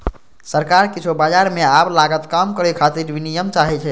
सरकार किछु बाजार मे आब लागत कम करै खातिर विनियम चाहै छै